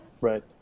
Right